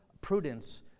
prudence